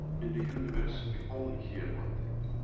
in the universe we only hear one thing,